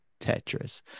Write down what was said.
Tetris